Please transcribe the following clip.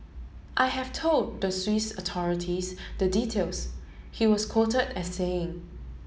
I have told the Swiss authorities the details he was quoted as saying